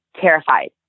terrified